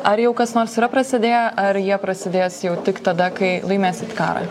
ar jau kas nors yra prasidėję ar jie prasidės jau tik tada kai laimėsit karą